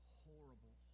horrible